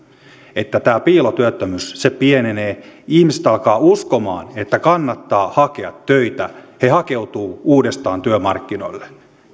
että piilotyöttömyys pienenee ihmiset alkavat uskomaan että kannattaa hakea töitä he hakeutuvat uudestaan työmarkkinoille